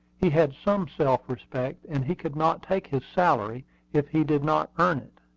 he had some self-respect, and he could not take his salary if he did not earn it.